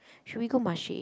should we go Marche